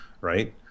Right